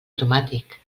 automàtic